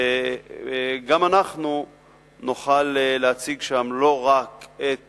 וגם אנחנו נוכל להציג שם לא רק את